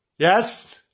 yes